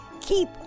Keep